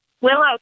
Willow